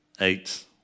eight